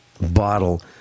bottle